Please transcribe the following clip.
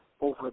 over